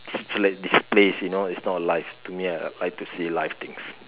just like displays you know it's not life to me I like to see live things